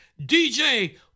DJ